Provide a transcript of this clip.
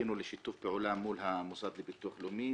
זכינו לשיתוף פעולה מול המוסד לביטוח לאומי.